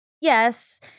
Yes